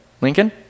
Lincoln